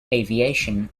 aviation